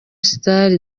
star